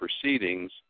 proceedings